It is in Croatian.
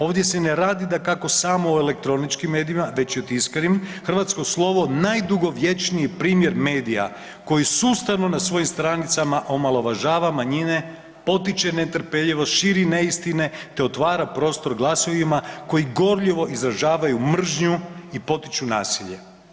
Ovdje se ne radi dakako samo o elektroničkim medijima već i o tiskanim, Hrvatsko slovo najdugovječniji primjer medija koji sustavno na svojim stranicama omalovažava manjine, potiče netrpeljivost, širi neistine te otvara prostor glasovima koji gorljivo izražavaju mržnju i potiču nasilje.